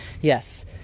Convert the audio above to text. Yes